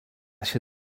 się